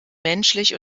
menschlich